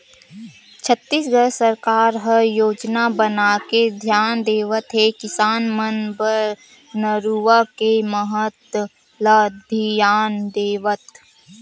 छत्तीसगढ़ सरकार ह योजना बनाके धियान देवत हे किसान मन बर नरूवा के महत्ता ल धियान देवत